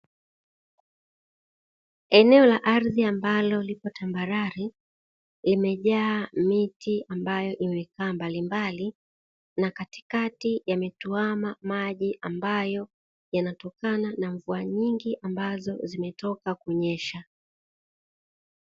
Eneo la ardhi ambalo lipo tamabarare, limejaa miti ambayo imekaa mbalimbali na katikati yametuama maji ambayo yanatokana na mvua nyingi ambazo zimetoka kunyesha.